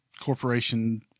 corporation